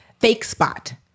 FakeSpot